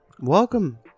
welcome